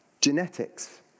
genetics